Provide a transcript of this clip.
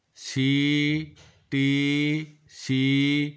C T C